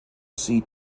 sea